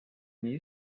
nii